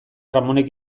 ramonek